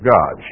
God